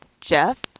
Jeff